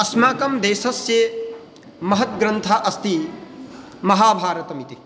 अस्माकं देशस्य महत् ग्रन्थः अस्ति महाभारतमिति